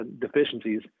deficiencies